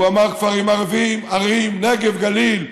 הוא אמר כפרים ערביים, ערים, נגב, גליל.